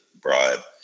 bribe